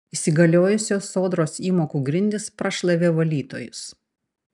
įsigaliojusios sodros įmokų grindys prašlavė valytojus